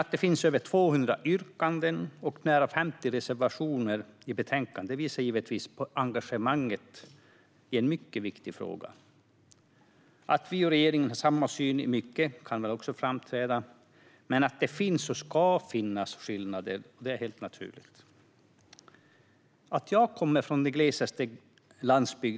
Att över 200 yrkanden och nära 50 reservationer behandlas i betänkandet visar givetvis på engagemanget i en mycket viktig fråga. Att vi och regeringen har samma syn i mycket kan väl också framträda, men det finns och ska finnas skillnader. Det är helt naturligt. Jag kommer från den glesaste landsbygden.